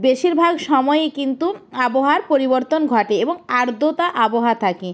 বেশিরভাগ সময়ই কিন্তু আবহাওয়ার পরিবর্তন ঘটে এবং আর্দ্রতা আবহাওয়া থাকে